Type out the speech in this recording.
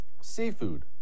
Seafood